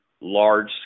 large